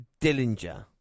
Dillinger